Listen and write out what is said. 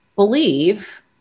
believe